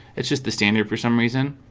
it's just the standard for some reason